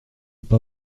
pas